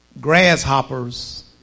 grasshoppers